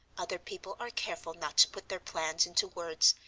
other people are careful not to put their plans into words,